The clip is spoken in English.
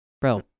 bro